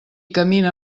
camina